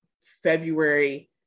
February